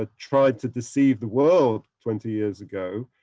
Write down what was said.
ah tried to deceive the world twenty years ago,